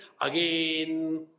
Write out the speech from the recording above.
again